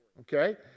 Okay